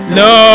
no